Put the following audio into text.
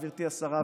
גברתי השרה,